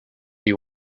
you